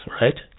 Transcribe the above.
right